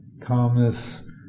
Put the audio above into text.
calmness